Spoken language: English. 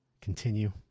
continue